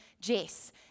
Jess